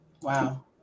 wow